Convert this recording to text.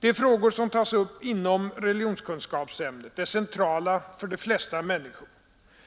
De frågor, som tas upp inom religionskunskapsämnet, är centrala för de flesta människor.